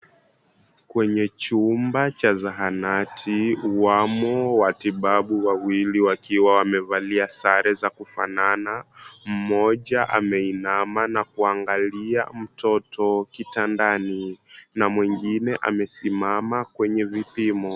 Kwenye chumba cha zahanati, wamo watibabu wawili wakiwa wamevalia sare za kufanana, mmoja ameinama na kuangalia mtoto kitandani na mwingine amesimama kwenye vipimo.